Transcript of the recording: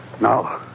No